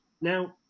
now